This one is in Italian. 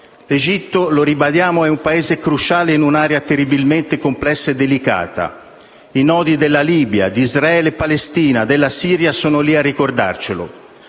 L'Egitto - lo ribadiamo - è un Paese cruciale in un'area terribilmente complessa e delicata. I nodi della Libia, di Israele e Palestina, della Siria sono lì a ricordarcelo.